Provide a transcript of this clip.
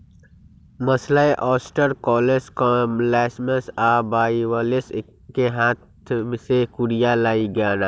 mussels, oyster, cockles, clams आ bivalves कें हाथ से कूरिया लगेनाइ